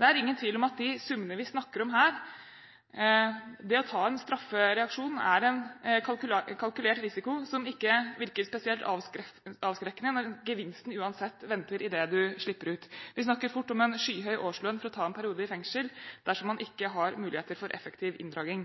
Det er ingen tvil om at med de summene vi snakker om her, er det å ta en straffereaksjon en kalkulert risiko som ikke virker spesielt avskrekkende, når gevinsten uansett venter i det du slipper ut. Vi snakker fort om en skyhøy årslønn for å ta en periode i fengsel dersom man ikke har muligheter for effektiv inndragning.